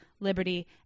liberty